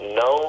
no